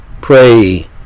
pray